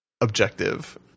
objective